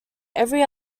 every